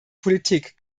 politik